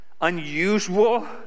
unusual